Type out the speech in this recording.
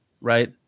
right